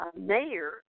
Mayor